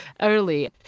early